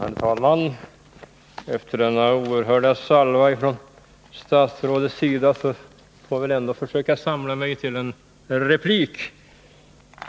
Herr talman! Efter denna oerhörda salva från statsrådet får jag väl ändå försöka samla mig till en replik.